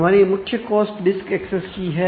हमारी मुख्य cost disk access की है